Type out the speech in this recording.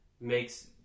makes